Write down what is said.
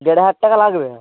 দেড় হাজার টাকা লাগবে